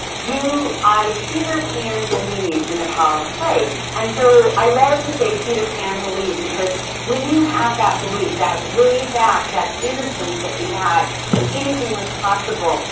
do i peter pan believe in the power of play? and so i love to say peter pan believe because when you have that belief, that way back, that innocence that we had that anything was possible,